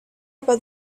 about